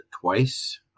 twice